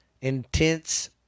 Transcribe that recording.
intense